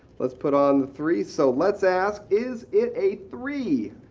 let's put on the three. so let's ask is it a three?